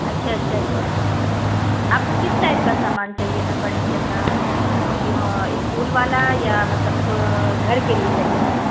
اچھا اچھا اچھا آپ کو کس ٹائپ کا سامان چاہیے تھا فرنیچر کا اسکول والا یا مطلب گھر کے لیے چاہیے تھا